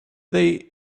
they